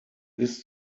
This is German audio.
ist